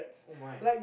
oh my